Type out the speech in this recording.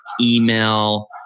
email